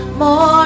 more